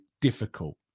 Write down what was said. difficult